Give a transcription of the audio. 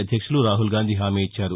అధ్యక్షులు రాహుల్ గాంధీ హామీ ఇచ్చారు